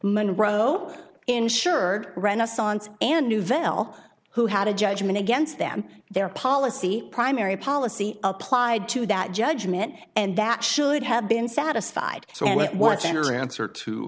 monroe insured renaissance and nouvelle who had a judgment against them their policy primary policy applied to that judgment and that should have been satisfied so what generally answer to